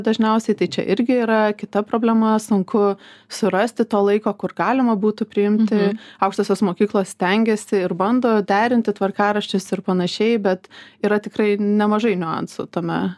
dažniausiai tai čia irgi yra kita problema sunku surasti to laiko kur galima būtų priimti aukštosios mokyklos stengiasi ir bando derinti tvarkaraščius ir panašiai bet yra tikrai nemažai niuansų tame